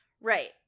Right